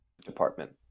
Department